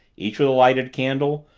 each with a lighted candle,